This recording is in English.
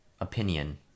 opinion